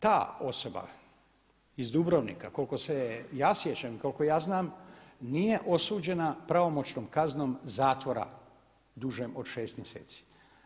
Ta osoba iz Dubrovnika, koliko se ja sjećam i koliko ja znam nije osuđena pravomoćnom kaznom zatvora dužem od 6 mjeseci.